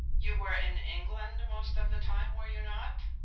you were in england most of the time, were you not?